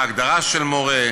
ההגדרה של מורה,